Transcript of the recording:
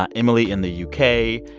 ah emily in the u k,